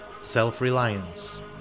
Self-Reliance